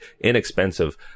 inexpensive